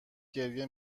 گریه